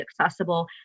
accessible